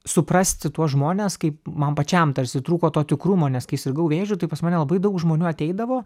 suprasti tuos žmones kaip man pačiam tarsi trūko to tikrumo nes kai sirgau vėžiu tai pas mane labai daug žmonių ateidavo